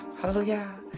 hallelujah